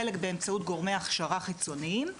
חלק באמצעות גורמי הכשרה חיצוניים וביחד,